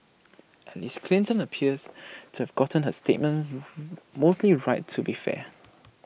at least Clinton appears to have gotten her statements mostly right to be fair